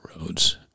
roads